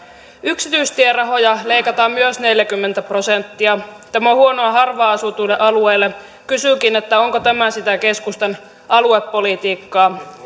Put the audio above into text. yksityistierahoja leikataan myös neljäkymmentä prosenttia tämä on huonoa harvaan asutuille alueille kysynkin onko tämä sitä keskustan aluepolitiikkaa